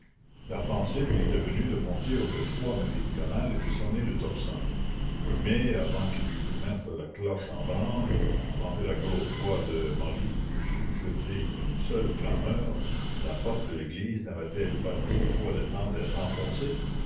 la pensée lui était venue de monter au beffroi méridional et de sonner le tocsin mais avant qu'il eût pu mettre la cloche en branle avant que la grosse voix de marie eût pu jeter une seule clameur la porte de l'église n'avait-elle pas dix fois le temps d'être enfoncée